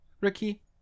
ricky